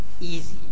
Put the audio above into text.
easy